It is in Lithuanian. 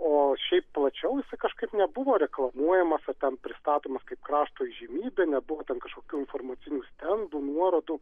o šiaip plačiau kažkaip nebuvo reklamuojamas ar ten pristatomas kaip krašto įžymybė nebuvo ten kažkokių informacinių stendų nuorodų